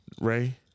Ray